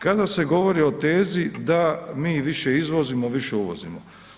Kada se govori o tezi da mi više izvozimo, više uvozimo.